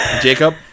Jacob